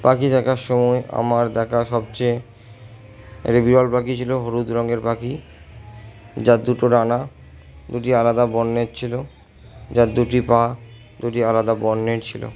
পাখি দেখার সময় আমার দেখা সবচেয়ে রিভিউয়াল পাখি ছিল হলুদ রঙের পাখি যার দুটো ডানা দুটি আলাদা বর্ণের ছিল যার দুটি পা দুটি আলাদা বর্ণের ছিল